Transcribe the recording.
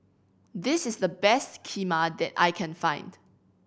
this is the best Kheema that I can find